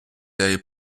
day